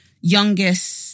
youngest